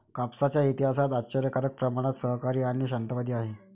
कापसाचा इतिहास आश्चर्यकारक प्रमाणात सहकारी आणि शांततावादी आहे